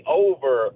over